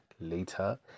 later